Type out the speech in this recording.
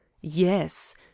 Yes